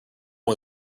was